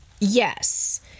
Yes